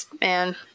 man